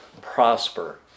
prosper